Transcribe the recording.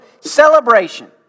celebration